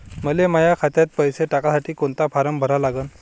मले माह्या खात्यात पैसे टाकासाठी कोंता फारम भरा लागन?